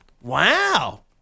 Wow